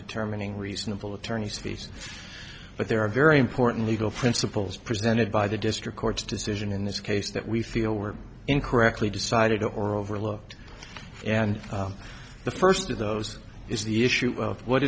determining reasonable attorneys fees but there are very important legal principles presented by the district court's decision in this case that we feel were incorrectly decided or overlooked and the first of those is the issue of what